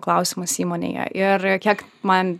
klausimas įmonėje ir kiek man